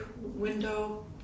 window